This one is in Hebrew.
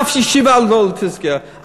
אף ישיבה לא תיסגר.